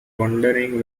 wondering